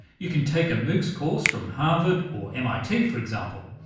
you can take a moocs course from harvard or mit, for example,